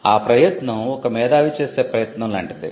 ఆ ప్రయత్నం ఒక మేధావి చేసే ప్రయత్నం లాంటిదే